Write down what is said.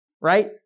right